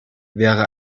wäre